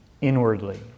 inwardly